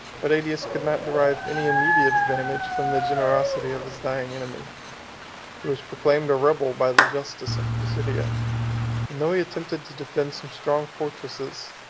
but aetius could not derive any immediate advantage from the generosity of his dying enemy he was proclaimed a rebel by the justice of placidia and though he attempted to defend some strong fortresses,